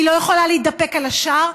היא לא יכולה להידפק על השער,